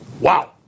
Wow